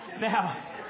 Now